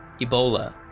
Ebola